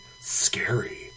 scary